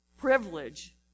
Privilege